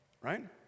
right